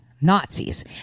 Nazis